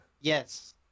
yes